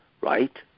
right